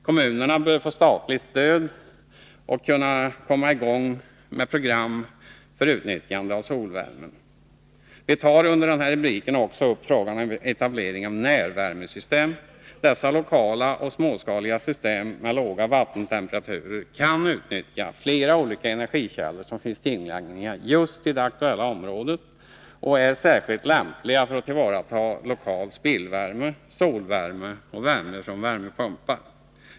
Kommunerna bör med statligt stöd kunna komma i gång med program för utnyttjande av solvärmen. Vi tar under den här rubriken också upp frågan om etablering av närvärmesystem. Dessa lokala och småskaliga system med låga vattentemperaturer kan utnyttja flera olika energikällor som finns tillgängliga i just det aktuella området och är särskilt lämpliga för att tillvarata lokal spillvärme, solvärme och värme från värmepumpar.